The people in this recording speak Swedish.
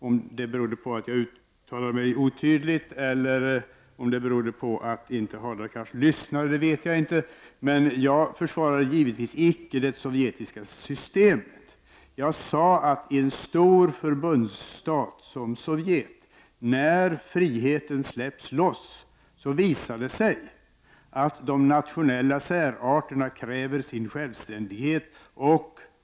Om det berodde på att jag uttalade mig otydligt eller om det berodde på att Hadar Cars inte lyssnade vet jag inte. Men jag försvarade givetvis icke det sovjetiska systemet. Jag sade att i en stor förbundsstat som Sovjet visar det sig att när friheten släpps loss kräver de nationella särarterna sin självständighet.